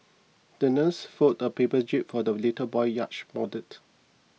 the nurse folded a paper jib for the little boy's yacht model